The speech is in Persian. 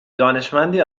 دانشمندی